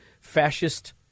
fascist